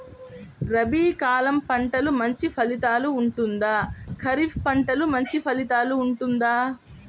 రబీ కాలం పంటలు మంచి ఫలితాలు ఉంటుందా? ఖరీఫ్ పంటలు మంచి ఫలితాలు ఉంటుందా?